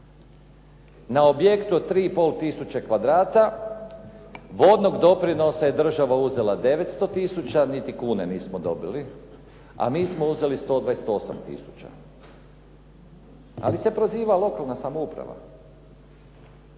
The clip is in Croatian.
Na objekt od 3,5 tisuće kvadrata vodnog doprinosa je država uzela 900 tisuća, niti kune nismo dobili a mi smo uzeli 128 tisuća, ali se proziva lokalna samouprava.